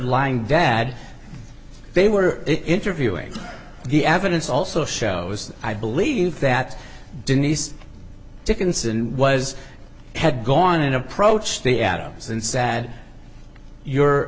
lying dad they were interviewing the evidence also shows i believe that denise dickinson was had gone and approached the atoms and sad you